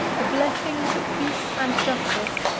the blessings of peace and justice,